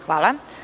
Hvala.